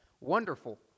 wonderful